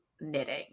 knitting